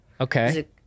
Okay